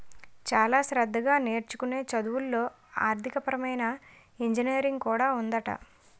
చాలా శ్రద్ధగా నేర్చుకునే చదువుల్లో ఆర్థికపరమైన ఇంజనీరింగ్ కూడా ఉందట